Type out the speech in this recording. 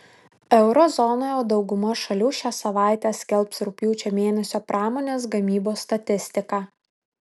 euro zonoje dauguma šalių šią savaitę skelbs rugpjūčio mėnesio pramonės gamybos statistiką